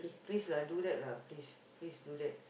please lah do that lah please please do that